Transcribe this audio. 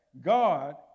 God